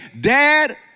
Dad